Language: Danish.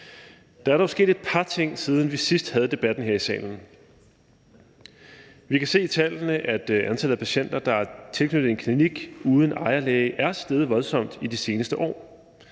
der er dog sket et par ting, siden vi sidst havde debatten her i salen. Vi kan se i tallene, at antallet af patienter, der er tilknyttet en klinik uden ejerlæge, er steget voldsomt i de seneste år,